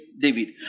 David